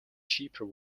cheaper